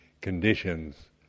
conditions